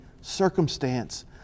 circumstance